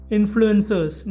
Influencers